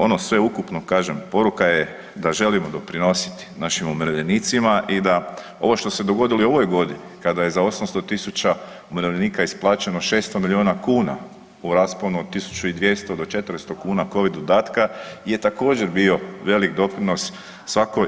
Ono sveukupno, kažem poruka je da želimo doprinositi našim umirovljenicima i da ovo što se dogodilo i u ovoj godini, kada je za 800 tisuća umirovljenika isplaćeno 600 milijuna kuna u rasponu od 1200 do 400 kuna Covid dodatka je također, bio velik doprinos svakom